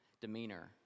demeanor